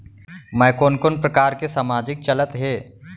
मैं कोन कोन प्रकार के सामाजिक चलत हे?